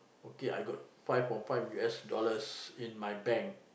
okay I got five or five U_S dollars in my bank